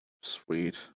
sweet